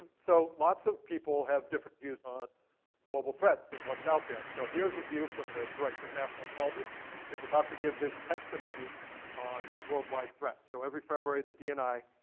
so, lot of people have different views on global threats and what's out there. so here's a view from the director of national intelligence who is about to give his testimony on world wide threats. so every february, the dni,